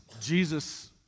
Jesus